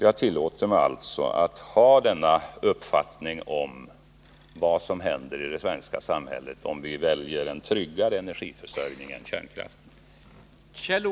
Jag tillåter mig alltså ha denna uppfattning om vad som händer i det svenska samhället, om vi väljer en tryggare energiförsörjning än kärnkraften.